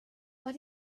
but